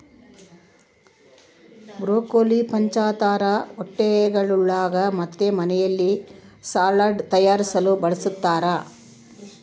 broccoli ಪಂಚತಾರಾ ಹೋಟೆಳ್ಗುಳಾಗ ಮತ್ತು ಮನೆಯಲ್ಲಿ ಸಲಾಡ್ ತಯಾರಿಸಲು ಬಳಸತಾರ